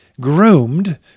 groomed